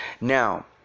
Now